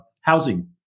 housing